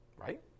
Right